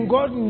God